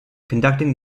conducting